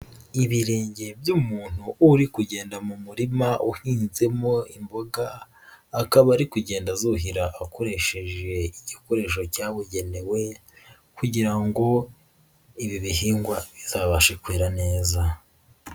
Ibirenge by'umuntu uri kugenda mu murima uhinzemo imboga, akaba ari kugenda azuhira akoresheje igikoresho cyabugenewe kugira ngo ibi bihingwa bizabashe kwera neza.